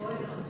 גם פה התרוקן.